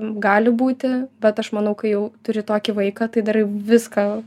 gali būti bet aš manau kai jau turi tokį vaiką tai darai viską